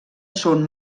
són